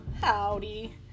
howdy